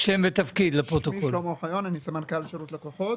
אני סמנכ"ל שירות לקוחות